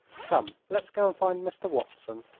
come let's go and find mr. watson.